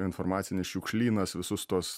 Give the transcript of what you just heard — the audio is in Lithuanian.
informacinis šiukšlynas visus tuos